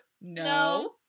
no